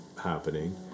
happening